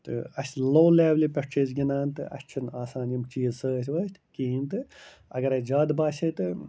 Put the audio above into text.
تہٕ اَسہِ لو لٮ۪ولہِ پٮ۪ٹھ چھِ أسۍ گِنٛدان تہٕ اَسہِ چھُنہٕ آسان یِم چیٖز سۭتۍ وٲتھۍ کِہیٖنۍ تہٕ اگر اَسہِ زیادٕ باسے تہٕ